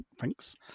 Thanks